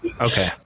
Okay